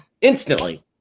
instantly